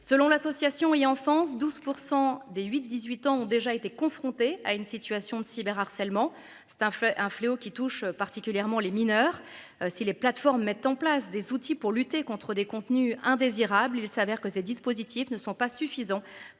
Selon l'association et enfance 12% dès 8 18 ans ont déjà été confrontés à une situation de cyber harcèlement c'est un fait, un fléau qui touche particulièrement les mineurs. Si les plateformes mettent en place des outils pour lutter contre des contenus indésirables, il s'avère que ces dispositifs ne sont pas suffisants